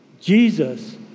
Jesus